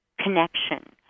connection